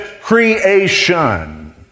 creation